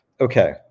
Okay